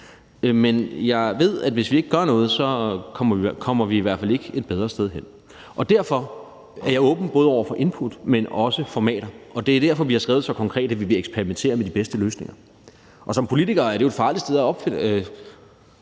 men jeg ved, at vi, hvis vi ikke gør noget, i hvert fald ikke kommer et bedre sted hen, og derfor er jeg åben over for både input, men også formater, og det er derfor, vi har skrevet så konkret, at vi vil eksperimentere med de bedste løsninger, og som politiker er det jo et farligt sted at befinde